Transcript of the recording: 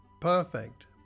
perfect